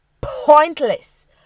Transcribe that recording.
pointless